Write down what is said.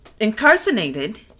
incarcerated